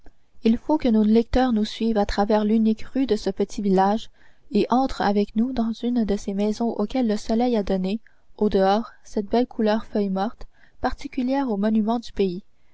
il faut que nos lecteurs nous suivent à travers l'unique rue de ce petit village et entrent avec nous dans une de ces maisons auxquelles le soleil a donné au-dehors cette belle couleur feuille morte particulière aux monuments du pays